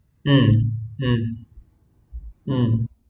um